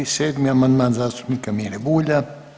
7. amandman zastupnika Mire Bulja.